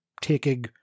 taking